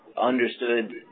understood